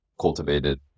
cultivated